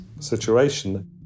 situation